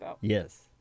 yes